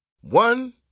One